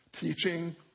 teaching